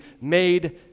made